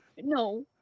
No